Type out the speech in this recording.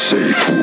Safe